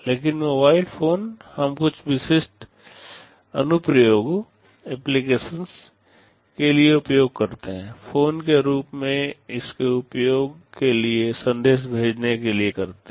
लेकिन mobile phone हम कुछ विशिष्ट अनुप्रयोगोंऍप्लिकेशन्स के लिए उपयोग करते हैं फोन के रूप में इसके उपयोग के लिए संदेश भेजने के लिए करते हैं